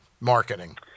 marketing